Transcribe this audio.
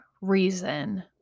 reason